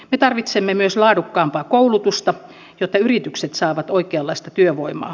me tarvitsemme myös laadukkaampaa koulutusta jotta yritykset saavat oikeanlaista työvoimaa